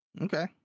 okay